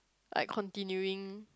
like continuing